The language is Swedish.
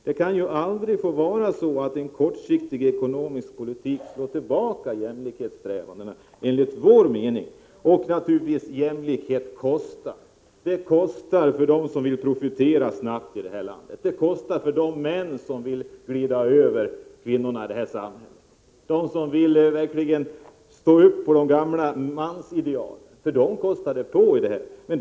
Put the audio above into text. Det får aldrig vara så att kortsiktig ekonomisk politik slår tillbaka jämlikhetssträvandena. Jämlikhet kostar naturligtvis — för dem som vill profitera snabbt i detta land, för de män som vill gå förbi kvinnorna i detta samhälle och vill stå upp för de gamla mansidealen. För dem kostar det på.